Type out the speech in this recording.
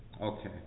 Okay